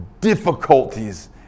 difficulties